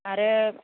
आरो